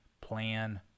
plan